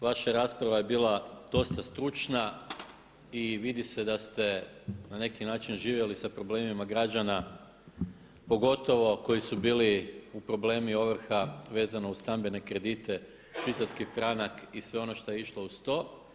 Vaša rasprava je bila dosta stručna i vidi se da ste na neki način živjeli sa problemima građana, pogotovo koji su bili u problemi ovrha vezano uz stambene kredite, švicarski franak i sve ono što je išlo uz to.